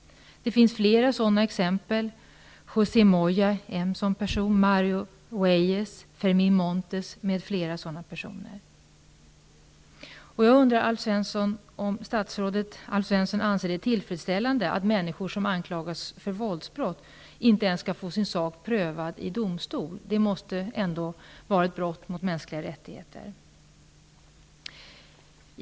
Det finns flera sådana exempel. José Moya, Mario Huyes och Fermin Montes är exempel på sådana personer. Det finns flera. Jag undrar om statsrådet Alf Svensson anser det tillfredsställande att människor som anklagas för våldsbrott inte ens skall få sin sak prövad i domstol. Det måste ändå vara ett brott mot de mänskliga rättigheterna.